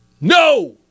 no